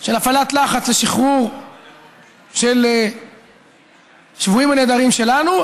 של הפעלת לחץ לשחרור של שבויים או נעדרים שלנו,